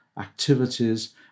activities